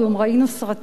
ראינו סרטים,